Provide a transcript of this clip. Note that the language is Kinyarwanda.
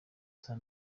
saa